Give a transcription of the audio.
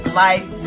life